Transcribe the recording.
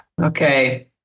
Okay